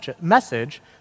message